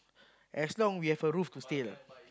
as long we have a roof to stay lah